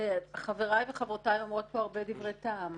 חבריי וחברותיי אומרות פה הרבה דברי טעם.